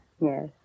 Yes